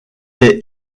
est